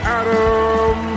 adam